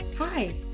Hi